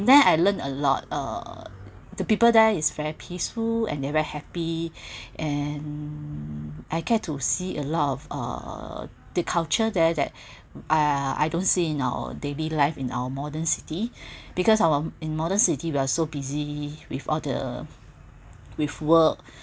there I learned a lot uh the people there is very peaceful and they very happy and I get to see a lot of uh the culture there that I don't see in our daily life in our modern city because our in modern city we're so busy with all the with work